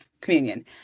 communion